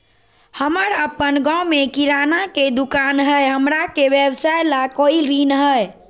हमर अपन गांव में किराना के दुकान हई, हमरा के व्यवसाय ला कोई ऋण हई?